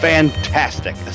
Fantastic